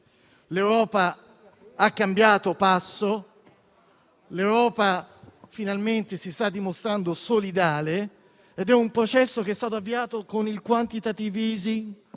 l'Europa ha cambiato passo, l'Europa, finalmente, si sta dimostrando solidale ed è un processo che è stato avviato con il *quantitative easing*,